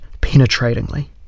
penetratingly